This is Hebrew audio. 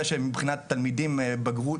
לשנה הבאה בירושלים שנה,